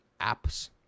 apps